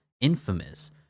infamous